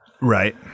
Right